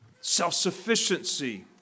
self-sufficiency